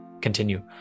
continue